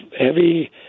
heavy